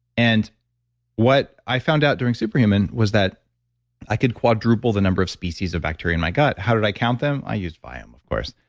and what i found out during super human was that i could quadruple the number of species of bacteria in my gut how did i count them? i used viome, um of course,